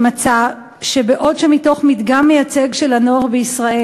שמצא שבעוד שמתוך מדגם מייצג של הנוער בישראל,